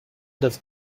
does